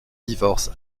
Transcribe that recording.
divorce